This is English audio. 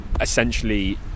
essentially